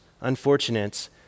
unfortunates